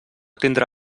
tindrà